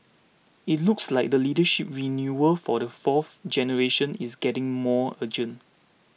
it looks like the leadership renewal for the fourth generation is getting more urgent